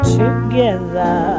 together